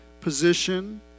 position